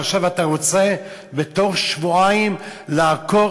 ועכשיו אתה רוצה בתוך שבועיים לעקור